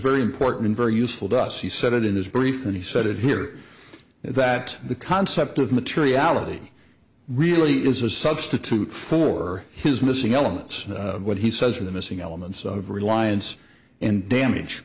very important very useful to us he said it in his brief and he said it here that the concept of materiality really is a substitute for his missing elements of what he says are the missing elements of reliance and damage